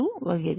2 વગેરે